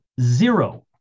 zero